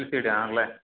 L C ഡിയാണല്ലേ